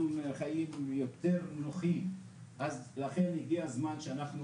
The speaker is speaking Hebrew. חיים יותר נינוחים אז לכן הגיע הזמן שאנחנו